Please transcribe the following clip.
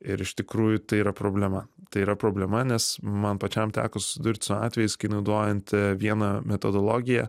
ir iš tikrųjų tai yra problema tai yra problema nes man pačiam teko susidurti su atvejais kai naudojant vieną metodologiją